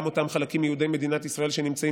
גם אותם חלקים מיהודי מדינת ישראל שנמצאים